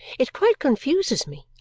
it quite confuses me.